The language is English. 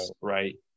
right